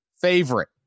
favorite